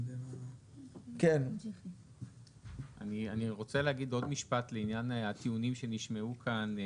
אני רוצה להגיד עוד משפט לעניין הטיעונים שנשמעו כאן.